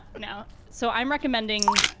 but now. so i'm recommending